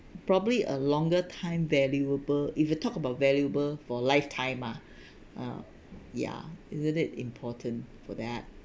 probably a longer time valuable if you talk about valuable for lifetime ah uh ya isn't it important for that